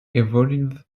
evolved